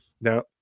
Now